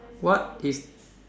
what is